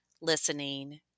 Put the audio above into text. listening